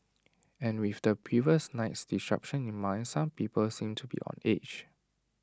and with the previous night's disruption in mind some people seemed to be on edge